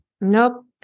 Nope